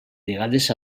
vegades